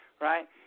right